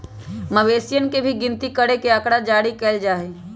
मवेशियन के भी गिनती करके आँकड़ा जारी कइल जा हई